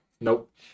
nope